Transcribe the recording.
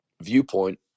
viewpoint